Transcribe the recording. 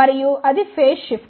మరియు అది phase shifter